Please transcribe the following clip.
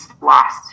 lost